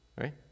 Right